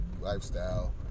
lifestyle